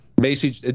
Macy